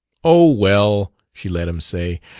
oh, well, she let him say,